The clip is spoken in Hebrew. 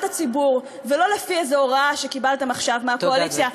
הציבור ולא לפי איזו הוראה שקיבלתם עכשיו מהקואליציה,